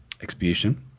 expiation